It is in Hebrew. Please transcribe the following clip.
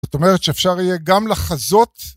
זאת אומרת שאפשר יהיה גם לחזות